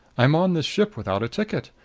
i'm on this ship without a ticket.